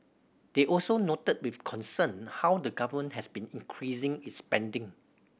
they also noted with concern how the Government has been increasing its spending